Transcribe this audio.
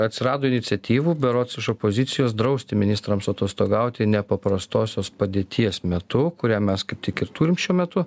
atsirado iniciatyvų berods iš opozicijos drausti ministrams atostogauti nepaprastosios padėties metu kurią mes kaip tik ir turim šiuo metu